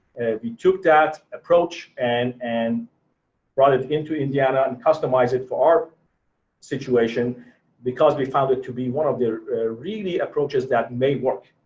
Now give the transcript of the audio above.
we took that approach and and brought it into indiana and customized it for our situation because we found it to be one of the really approaches that may work.